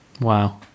Wow